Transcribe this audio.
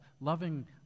loving